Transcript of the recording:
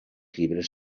llibres